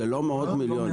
זה לא מאות מיליונים.